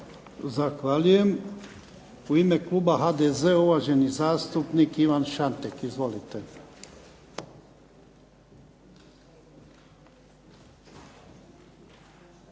Zahvaljujem. U ime kluba HDZ-a uvaženi zastupnik Ivan Šantek. Izvolite.